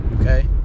okay